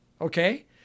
Okay